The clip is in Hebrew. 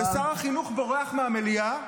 -- ושר החינוך בורח מהמליאה,